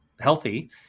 healthy